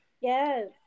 yes